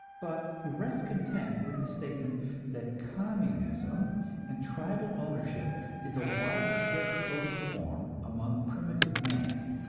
but rest content with the statement that communism and tribal ownership is a widespread social form among primitive man,